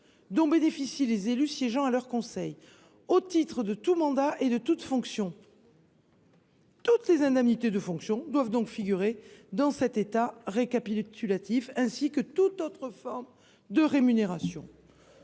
dont bénéficient les élus siégeant à leur conseil, au titre de tout mandat et de toute fonction. Toutes les indemnités de fonction doivent figurer dans cet état récapitulatif, ainsi que toute autre forme de rémunération.